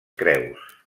creus